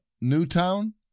Newtown